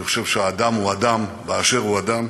אני חושב שאדם הוא אדם באשר הוא אדם,